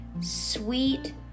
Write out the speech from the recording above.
sweet